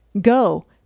Go